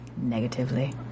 Negatively